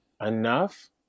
enough